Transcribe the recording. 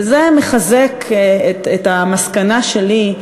וזה מחזק את המסקנה שלי,